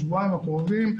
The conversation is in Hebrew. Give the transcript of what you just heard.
בשבועיים הקרובים,